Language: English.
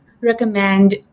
recommend